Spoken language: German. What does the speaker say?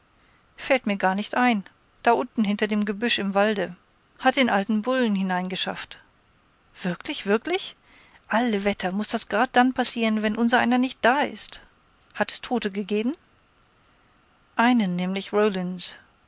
fällt mir gar nicht ein da unten hinter dem gebüsch im walde hat den alten bullen hineingeschafft wirklich wirklich alle wetter muß das grad dann passieren wenn unsereiner nicht da ist hat es tote gegeben einen nämlich